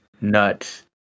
nuts